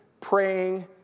praying